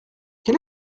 quel